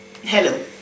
Hello